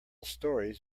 stories